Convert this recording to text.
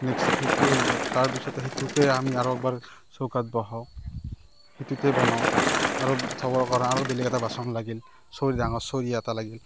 নেক্সা সেইটো তাৰ পিছত সেইটোকে আমি আৰু এক বাৰ চৌআত বহাও সেইটোতে আমি আৰু একবাৰ চৌকাত বঢ়াও সেইটোতে বনাওঁ আৰু থবৰ কাৰণে আৰু বেলেগ এটা বাচন লাগিল চৰিয়া ডাঙৰ চৰিয়া এটা লাগিল